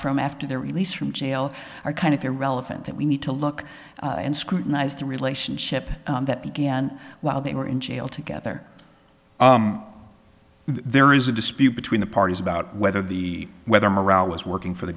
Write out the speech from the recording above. from after their release from jail are kind of irrelevant that we need to look and scrutinize the relationship that began while they were in jail together there is a dispute between the parties about whether the whether morale was working for the